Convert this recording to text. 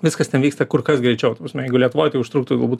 viskas ten vyksta kur kas greičiau ta prasme jeigu lietuvoj tai užtruktų galbūt